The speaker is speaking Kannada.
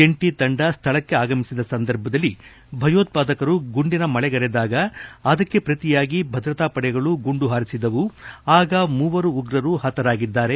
ಜಂಟಿ ತಂಡ ಸ್ಟಳಕ್ಕೆ ಆಗಮಿಸಿದ ಸಂದರ್ಭದಲ್ಲಿ ಭಯೋತ್ಪಾದಕರು ಗುಂಡಿನ ಮಲೆಗೆರೆದಾಗ ಅದಕ್ಕೆ ಪ್ರತಿಯಾಗಿ ಭದ್ರತಾ ಪಡೆಗಳು ಗುಂಡು ಪಾರಿಸಿದ್ದರಿಂದ ಮೂವರು ಉಗ್ರರು ಪತರಾಗಿದ್ದಾರೆ